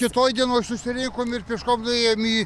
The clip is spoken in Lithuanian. kitoj dienoj susirinkom ir pėškom nuėjom į